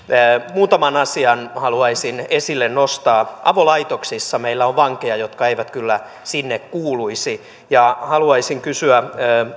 muutaman asian haluaisin esille nostaa avolaitoksissa meillä on vankeja jotka eivät kyllä sinne kuuluisi haluaisin kysyä